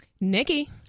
Nikki